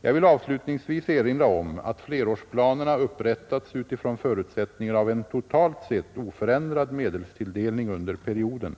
Jag vill avslutningsvis erinra om att flerårsplanerna upprättats utifrån förutsättningen av en totalt sett oförändrad medelstilldelning under perioden.